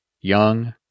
young